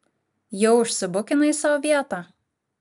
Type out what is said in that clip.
jau užsibukinai sau vietą